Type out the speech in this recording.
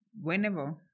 whenever